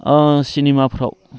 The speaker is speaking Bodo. सिनेमाफ्राव